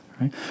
right